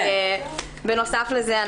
בנוסף לזה,